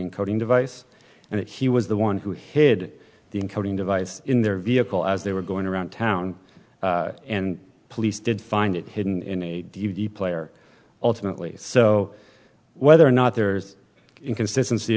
encoding device and he was the one who hid the encoding device in their vehicle as they were going around town and police did find it hidden in a d v d player ultimately so whether or not there's inconsistency